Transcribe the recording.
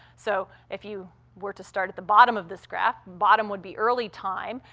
so, if you were to start at the bottom of this graph, bottom would be early time,